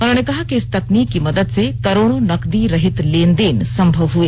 उन्होंने कहा कि इस तकनीक की मदद से करोड़ों नकदी रहित लेनदेन सम्भव हुए